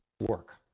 work